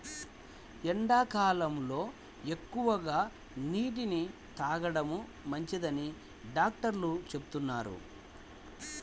ఎండాకాలంలో ఎక్కువగా నీటిని తాగడం మంచిదని డాక్టర్లు చెబుతున్నారు